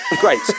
Great